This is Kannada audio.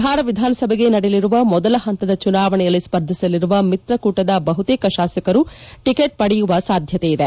ಬಿಹಾರ ವಿಧಾನಸಭೆಗೆ ನಡೆಯಲಿರುವ ಮೊದಲ ಹಂತದ ಚುನಾವಣೆಯಲ್ಲಿ ಸ್ವರ್ಧಿಸಲಿರುವ ಮಿತ್ರಕೂಟದ ಬಹುತೇಕ ಶಾಸಕರು ಟಿಕೆಟ್ ಪಡೆಯುವ ಸಾಧ್ಯತೆ ಇದೆ